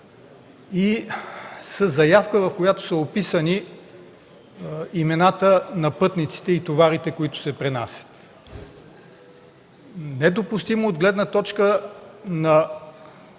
и със заявка, в която са описани имената на пътниците и товарите, които се пренасят. Недопустимо от гледна точка на